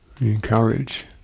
Encourage